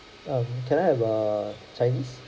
err can I have err chinese